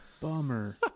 Bummer